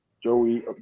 Joey